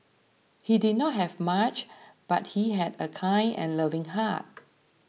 he did not have much but he had a kind and loving heart